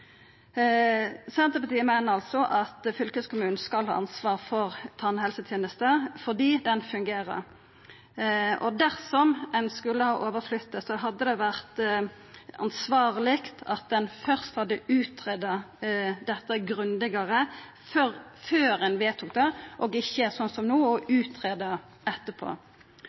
Senterpartiet meiner altså at fylkeskommunen skal ha ansvaret for tannhelsetenesta, fordi ho fungerer. Og dersom ein skulle ha flytta ho over, hadde det vore ansvarleg at ein hadde greidd ut dette grundigare før ein vedtok det, og ikkje slik som no – å greia ut etterpå.